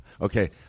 Okay